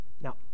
Now